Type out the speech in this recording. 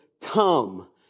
come